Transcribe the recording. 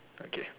okay